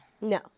No